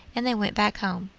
and they went back home.